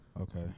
Okay